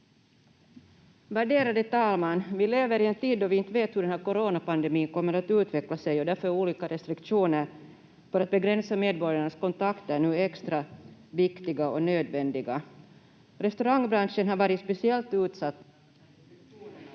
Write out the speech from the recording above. Värderade talman! Vi lever i en tid då vi inte vet hur coronapandemin kommer att utveckla sig, och därför är olika restriktioner för att begränsa medborgarnas kontakter nu extra viktiga och nödvändiga. Restaurangbranschen har varit speciellt utsatt...